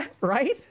right